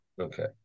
Okay